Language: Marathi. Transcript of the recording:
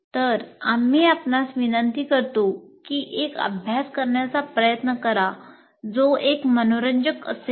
तर आम्ही आपणास विनंती करतो की एक अभ्यास करण्याचा प्रयत्न करा जो एक मनोरंजक असेल